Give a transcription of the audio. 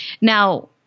Now